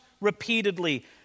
repeatedly